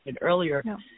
earlier